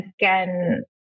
again